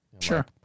Sure